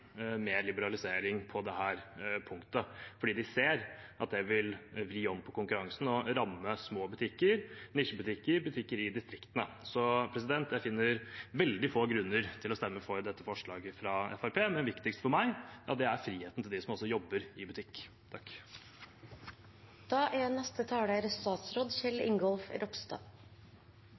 mer liberalisering på dette punktet, fordi de ser at det vil vri konkurransen og ramme små butikker, nisjebutikker, butikker i distriktene. Så jeg finner veldig få grunner til å stemme for dette forslaget fra Fremskrittspartiet. Det viktigste for meg er friheten for dem som jobber i butikk.